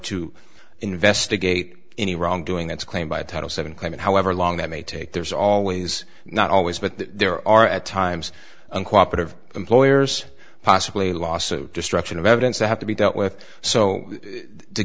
to investigate any wrongdoing that's claimed by title seven claimant however long that may take there's always not always but there are at times uncooperative employers possibly lawsuit destruction of evidence they have to be dealt with so t